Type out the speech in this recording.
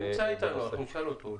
הוא נמצא איתנו, אנחנו נשאל אותו.